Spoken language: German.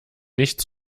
nicht